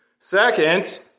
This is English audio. Second